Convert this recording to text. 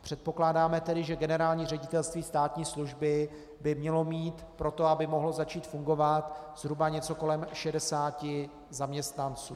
Předpokládáme tedy, že generální ředitelství státní služby by mělo mít pro to, aby mohlo začít fungovat, zhruba něco kolem 60 zaměstnanců.